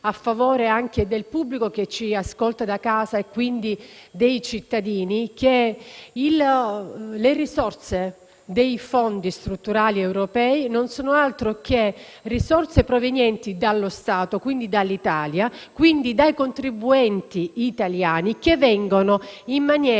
a favore del pubblico che ci ascolta da casa e quindi dei cittadini, che le risorse dei fondi strutturali europei non sono altro che risorse provenienti dallo Stato, e quindi dall'Italia e dai contribuenti italiani, che vengono in maniera